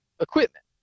equipment